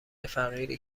فقیری